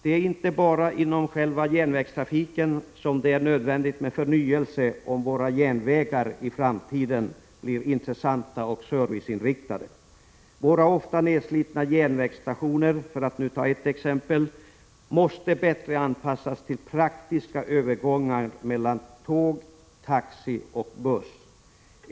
Det är inte bara inom själva järnvägstrafiken som det är nödvändigt med förnyelse, om våra järnvägar i framtiden skall bli intressanta och serviceinriktade. Våra ofta nedslitna järnvägsstationer, för att ta ett exempel, måste bättre anpassas till praktiska övergångar mellan tåg, taxi och buss.